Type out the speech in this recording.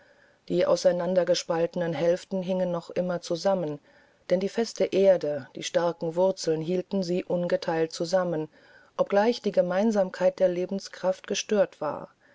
die auseinandergespaltenen hälften hingen noch immer zusammen denn die feste erde die starken wurzeln hielten sie ungeteilt zusammen obgleich die gemeinsamkeit der lebenskraft gestört war